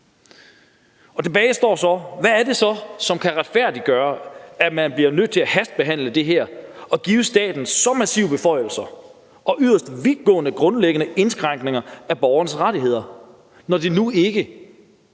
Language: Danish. Tilbage står så, hvad det er, der kan retfærdiggøre, at man bliver nødt til at hastebehandle det her og give staten så massive beføjelser og lave yderst vidtgående grundlæggende indskrænkninger af borgernes rettigheder, når det nu ikke er